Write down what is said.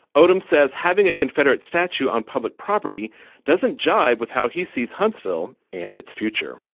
odom says having a confederate statue on public property doesn't jibe with how he sees huntsville and it's future,